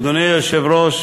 אדוני היושב-ראש,